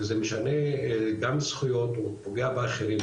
וזה משנה גם זכויות ופוגע באחרים.